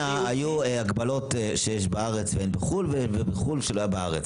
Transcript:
היו הגבלות שיש בארץ ואין בחו"ל ולהפך.